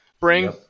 bring